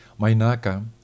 Mainaka